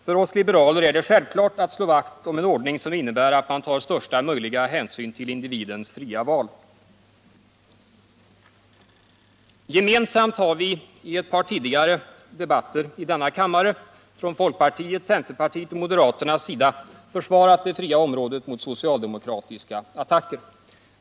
För oss liberaler är det självklart att slå vakt om en ordning som innebär att man tar största möjliga hänsyn till individens fria val. Gemensamt har vi i ett par tidigare debatter i denna kammare från folkpartiets, centerpartiets och moderaternas sida försvarat det fria området mot socialdemokratiska attacker.